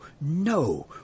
no